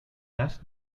best